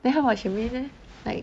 then how about shermaine leh like